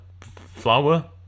flower